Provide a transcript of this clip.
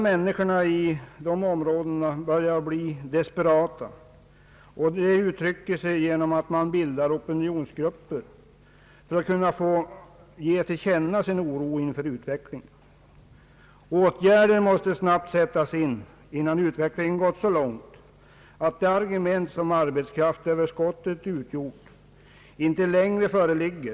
Människorna i de berörda områdena börjar bli desperata, vilket tar sig det uttrycket att man bildar opinionsgrupper för att kunna ge till känna sin oro inför utvecklingen. Åtgärder måste sättas in innan utvecklingen gått så långt att det argument som arbetskraftsöverskottet utgjort inte längre föreligger.